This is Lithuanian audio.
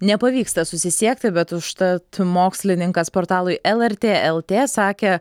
nepavyksta susisiekti bet užtat mokslininkas portalui lrt lt sakė